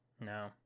No